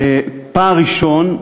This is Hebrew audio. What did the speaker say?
פער ראשון: